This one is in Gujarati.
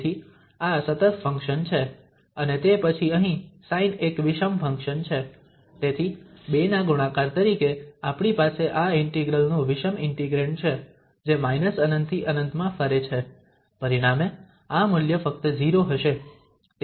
તેથી આ સતત ફંક્શન છે અને તે પછી અહીં સાઇન એક વિષમ ફંક્શન છે તેથી બેના ગુણાકાર તરીકે આપણી પાસે આ ઇન્ટિગ્રલ નું વિષમ ઇન્ટિગ્રેંડ છે જે −∞ થી ∞ માં ફરે છે પરિણામે આ મૂલ્ય ફક્ત 0 હશે